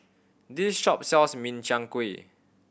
this shop sells Min Chiang Kueh